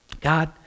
God